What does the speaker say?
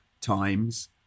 times